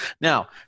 Now